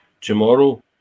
tomorrow